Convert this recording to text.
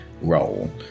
role